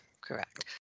correct